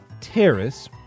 Terrace